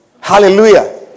Hallelujah